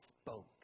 spoke